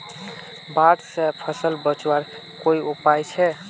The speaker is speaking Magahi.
बाढ़ से फसल बचवार कोई उपाय छे?